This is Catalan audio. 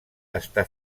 està